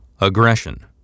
Aggression